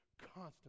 Constantly